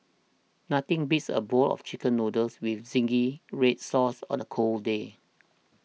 nothing beats a bowl of Chicken Noodles with Zingy Red Sauce on a cold day